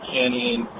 Canyon